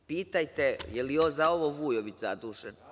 Pitajte, jel za ovo Vujović zadužen?